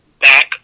back